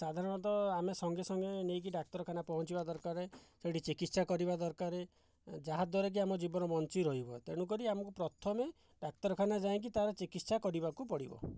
ସାଧାରଣତଃ ଆମେ ସଙ୍ଗେ ସଙ୍ଗେ ନେଇକି ଡାକ୍ତରଖାନା ପହଞ୍ଚିବା ଦରକାର ସେଠି ଚିକିତ୍ସା କରିବା ଦରକାର ଯାହାଦ୍ଵାରା କି ଆମ ଜୀବନ ବଞ୍ଚି ରହିବ ତେଣୁକରି ଆମକୁ ପ୍ରଥମେ ଡାକ୍ତରଖାନା ଯାଇକି ତା'ର ଚିକିତ୍ସା କରିବାକୁ ପଡ଼ିବ